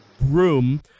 room